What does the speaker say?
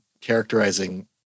characterizing